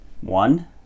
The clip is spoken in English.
One